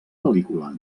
pel·lícula